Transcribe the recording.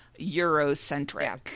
Eurocentric